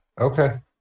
Okay